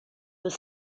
with